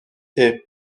est